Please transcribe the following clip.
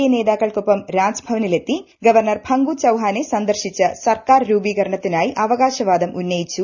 A നേതാക്കൾക്കൊപ്പം രാജ്ഭവനിലെത്തി governor Phagu ചൌഹാനെ സന്ദർശിച്ച് സർക്കാർ രൂപീകരണത്തിനായി അവകാശവാദം ഉന്നയിച്ചു